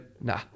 nah